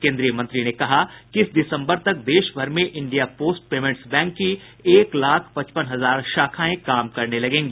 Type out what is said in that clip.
केन्द्रीय मंत्री ने कहा कि इस दिसम्बर तक देश भर में इंडिया पोस्ट पेमेंट्स बैंक की एक लाख पचपन हजार शाखाएं काम करने लगेंगी